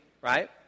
right